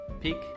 pick